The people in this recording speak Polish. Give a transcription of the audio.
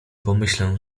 pomyślę